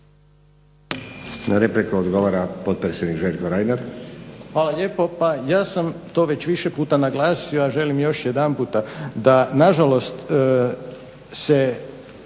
Na repliku odgovara potpredsjednik Željko Reiner.